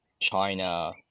China